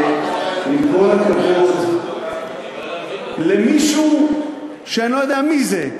ועם כל הכבוד למישהו, שאני לא יודע מי זה,